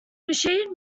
machine